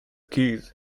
keys